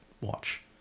watch